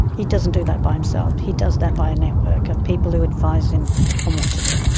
he doesn't do that by himself, he does that by a network of people who advise him on what to do.